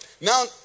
now